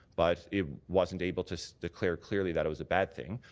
but it wasn't able to declare clearly that it was a bad thing.